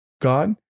God